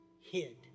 Hid